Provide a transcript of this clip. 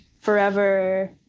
forever